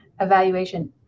evaluation